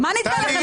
אם מישהו